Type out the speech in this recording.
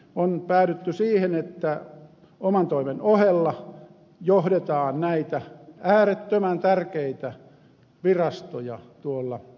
on päädytty siihen että oman toimen ohella johdetaan näitä äärettömän tärkeitä virastoja alueilla